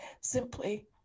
Simply